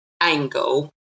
angle